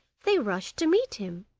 they rushed to meet him,